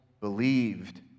believed